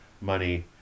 money